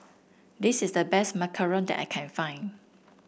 this is the best Macaron that I can find